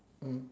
mm